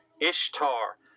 Ishtar